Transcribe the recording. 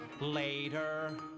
Later